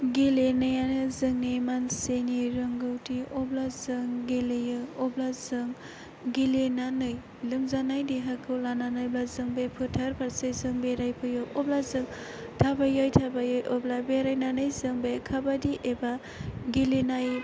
गेलेनायानो जोंनि मानसिनि रोंगौथि अब्ला जों गेलेयो अब्ला जों गेलेनानै लोमजानाय देहाखौ लानानैब्लाबो जों बे फोथार फारसे जों बेरायफैयो अब्ला जों थाबायै थाबायै अब्ला बेरायनानै जों बे काबादि एबा गेलेनाय